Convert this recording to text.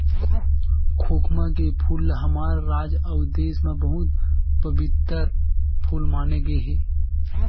खोखमा के फूल ल हमर राज अउ देस म बहुत पबित्तर फूल माने गे हे